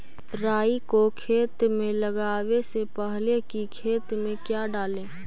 राई को खेत मे लगाबे से पहले कि खेत मे क्या डाले?